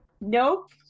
Nope